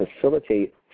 facilitate